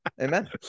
Amen